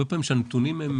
כשמדברים על נתונים,